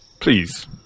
Please